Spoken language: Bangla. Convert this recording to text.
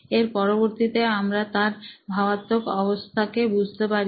এর পরবর্তীতে আমরা তার ভাবাত্মক অবস্থা কে বুঝতে পারি